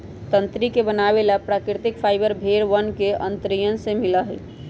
तंत्री के बनावे वाला प्राकृतिक फाइबर भेड़ वन के अंतड़ियन से मिला हई